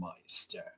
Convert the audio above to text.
Meister